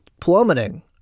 plummeting